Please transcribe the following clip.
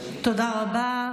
תודה רבה.